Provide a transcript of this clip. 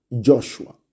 Joshua